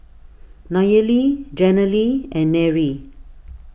Nayely Jenilee and Nery